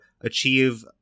achieve